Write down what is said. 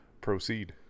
Proceed